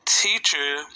teacher